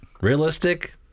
Realistic